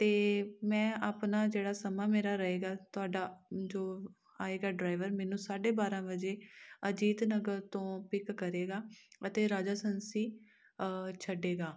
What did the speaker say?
ਅਤੇ ਮੈਂ ਆਪਣਾ ਜਿਹੜਾ ਸਮਾਂ ਮੇਰਾ ਰਹੇਗਾ ਤੁਹਾਡਾ ਜੋ ਆਏਗਾ ਡਰਾਇਵਰ ਮੈਨੂੰ ਸਾਢੇ ਬਾਰਾਂ ਵਜੇ ਅਜੀਤ ਨਗਰ ਤੋਂ ਪਿੱਕ ਕਰੇਗਾ ਅਤੇ ਰਾਜਾ ਸੰਸੀ ਛੱਡੇਗਾ